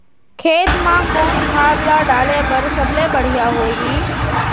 खेत म कोन खाद ला डाले बर सबले बढ़िया होही?